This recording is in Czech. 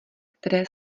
které